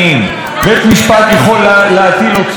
בית משפט יכול להטיל הוצאות,